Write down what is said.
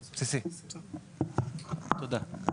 תודה.